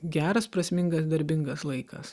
geras prasmingas darbingas laikas